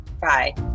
Bye